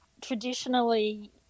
traditionally